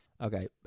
Okay